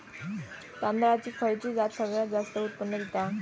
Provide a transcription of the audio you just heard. तांदळाची खयची जात सगळयात जास्त उत्पन्न दिता?